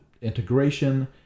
integration